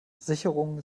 sicherungen